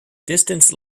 distance